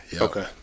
okay